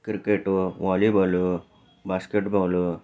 cricket volleyball basketball